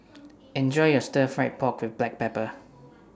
Enjoy your Stir Fried Pork with Black Pepper